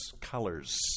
colors